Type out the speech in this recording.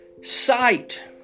Sight